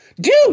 Dude